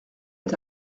est